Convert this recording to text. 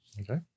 Okay